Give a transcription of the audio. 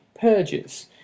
purges